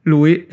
Lui